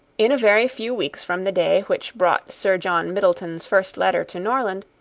in a very few weeks from the day which brought sir john middleton's first letter to norland,